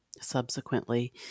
subsequently